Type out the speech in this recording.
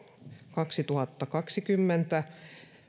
kaksituhattakaksikymmentä